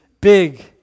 big